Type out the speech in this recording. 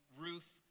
Ruth